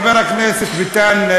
חבר הכנסת ביטן,